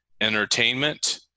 entertainment